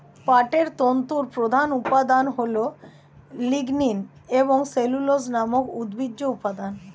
পাটের তন্তুর প্রধান উপাদান হল লিগনিন এবং সেলুলোজ নামক উদ্ভিজ্জ উপাদান